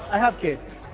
i have kids.